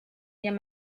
near